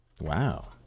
Wow